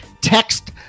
text